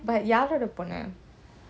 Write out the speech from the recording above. but யார்யார்இருப்பாங்க:yar yar irupanga